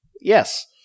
Yes